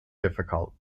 difficult